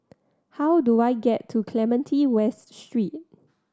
how do I get to Clementi West Street